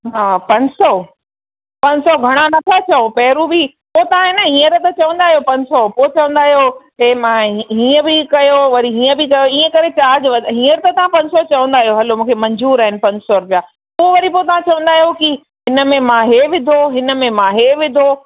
हा पंज सौ पंज सौ घणा नथा चयो पहिरां बि पोइ तव्हां हींअर त चवंदा आहियो पंज सौ पोइ चवंदा आहियो इहो मां हीअं बि कयो वरी हीअं बि कयो इय करे तव्हां चार्ज हींअर त तव्हां पंज सौ चवंदा आहियो हलो मूंखे मंजूर आहिनि पंज सौ रुपया पोइ वरी पोइ तव्हां चवंदा आहियो की हिन में मां इहो विधो हिन में मां इहो विधो